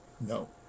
no